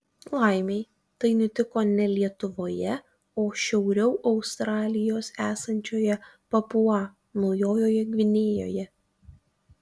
laimei tai nutiko ne lietuvoje o šiauriau australijos esančioje papua naujojoje gvinėjoje